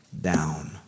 down